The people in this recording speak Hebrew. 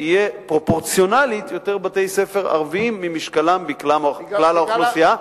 יהיו פרופורציונית יותר בתי-ספר ערביים ממשקלם מכלל האוכלוסייה,